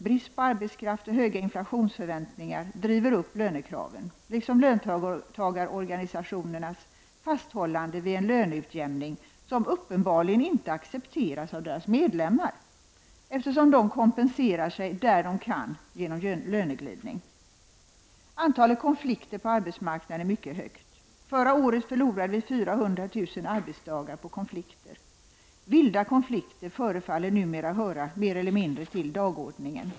Brist på arbetskraft och höga inflationsförväntningar driver upp lönekraven, liksom löntagarorganisationernas fasthållande vid en löneutjämning som uppenbarligen inte accepteras av deras medlemmar, eftersom de kompenserar sig där de kan genom löneglidning. Antalet konflikter på arbetsmarknaden är mycket högt. Förra året gick 400 000 arbetsdagar förlorade på grund av konflikter. Vilda konflikter förefaller numera mer eller mindre höra till dagordningen.